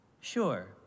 Sure